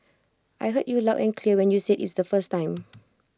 I heard you loud and clear when you said IT the first time